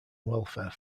welfare